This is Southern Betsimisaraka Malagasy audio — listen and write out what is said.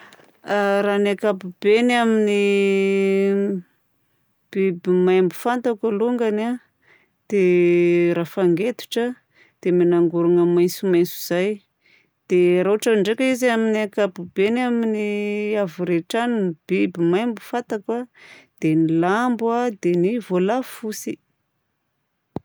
Raha ny ankapobeny amin'ny biby maimbo fantako longany a dia: rafangetotra, dia menangorona maitsomaitso izay. Dia raha ohatra ndraika izy amin'ny ankapobeny amin'ny havoretràny ny biby maimbo fantako a dia: ny lambo a, dia ny voalavo fotsy.